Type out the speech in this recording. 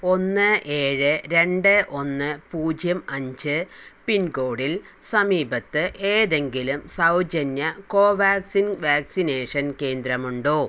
ഒന്ന് ഏഴ് രണ്ട് ഒന്ന് പൂജ്യം അഞ്ച് പിൻകോഡിൽ സമീപത്ത് ഏതെങ്കിലും സൗജന്യ കോവാക്സിൻ വാക്സിനേഷൻ കേന്ദ്രമുണ്ടോ